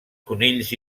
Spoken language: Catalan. conills